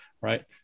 right